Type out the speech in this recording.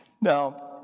Now